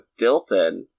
Dilton